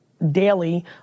daily